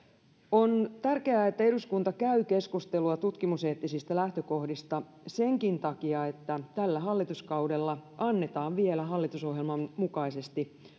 on tärkeää että eduskunta käy keskustelua tutkimuseettisistä lähtökohdista senkin takia että tällä hallituskaudella annetaan vielä hallitusohjelman mukaisesti